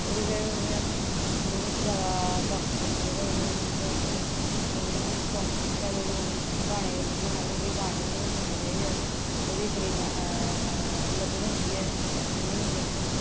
ओह्दी बजह कन्नै असेंगी मतलब जादा ताकत औंदी ऐ ते ओह्दी बजह कन्नै अस एह्कड़े रन्निंग सांग्स चाहिदे ओह्दे कन्नै गाने रनिंग आह्ले गाने होंदे ओह् सुनने चाहिदे असें ओह्दी बड़ी मदद होंदी ऐ रन्निंग बिच